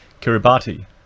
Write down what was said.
Kiribati